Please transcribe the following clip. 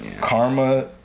karma